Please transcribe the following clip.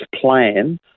plan